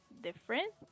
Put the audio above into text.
different